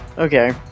Okay